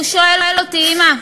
והוא אומר לי: אימא,